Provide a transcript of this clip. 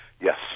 Yes